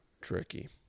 tricky